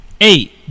eight